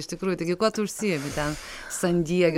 iš tikrųjų taigi kuo tu užsiimi ten san diege